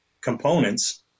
components